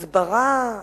הסברה,